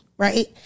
Right